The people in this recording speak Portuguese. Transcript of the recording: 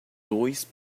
dois